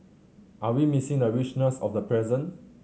are we missing the richness of the present